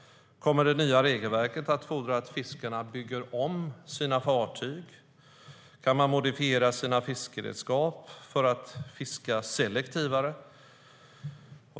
Kommer det nya regelverket att fordra att fiskarna bygger om sina fartyg? Kan de modifiera sina fiskeredskap för att fiska mer selektivt?